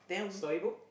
story book